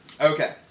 Okay